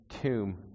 tomb